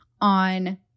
on